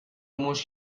موش